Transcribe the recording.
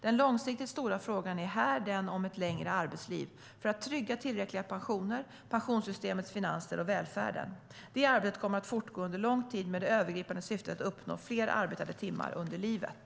Den långsiktigt stora frågan är här den om ett längre arbetsliv - för att trygga tillräckliga pensioner, pensionssystemets finanser och välfärden. Det arbetet kommer att fortgå under lång tid med det övergripande syftet att uppnå fler arbetade timmar under livet.